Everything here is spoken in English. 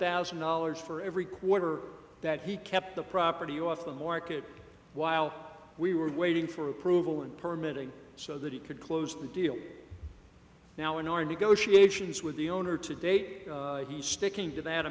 thousand dollars for every quarter that he kept the property off the market while we were waiting for approval and permitting so that he could close the deal now in our negotiations with the owner to date he's sticking to that